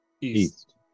East